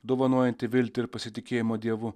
dovanojanti viltį ir pasitikėjimą dievu